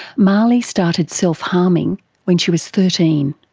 mahlie started self-harming when she was thirteen.